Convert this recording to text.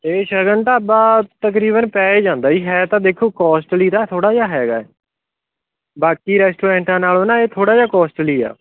ਇਹ ਸ਼ਗਨ ਢਾਬਾ ਤਕਰੀਬਨ ਪੈ ਜਾਂਦਾ ਜੀ ਹੈ ਤਾਂ ਦੇਖੋ ਕੋਸਟਲੀ ਤਾਂ ਥੋੜ੍ਹਾ ਜਿਹਾ ਹੈਗਾ ਬਾਕੀ ਰੈਸਟੋਰੈਂਟਾਂ ਨਾਲੋਂ ਨਾ ਇਹ ਥੋੜ੍ਹਾ ਜਿਹਾ ਕੋਸਟਲੀ ਆ